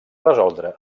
resoldre